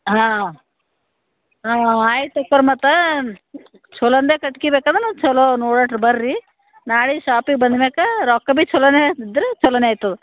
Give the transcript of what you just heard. ಹಾಂ ಹಾಂ ಆಯ್ತು ಅಕ್ಕಾರೆ ಮತ್ತೆ ಛಲೊಂದೇ ಕಟ್ಕೆ ಬೇಕಂದರೆ ನಾವು ಛಲೋ ನೋಡಟ್ಲ ಬರ್ರಿ ನಾವೀಗ ಶಾಪಿಗೆ ಬಂದು ಮ್ಯಾಕೆ ರೊಕ್ಕ ಬಿ ಛಲೊನೇ ಇದ್ದರು ಛಲೊನೇ ಆಯಿತು